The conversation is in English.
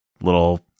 little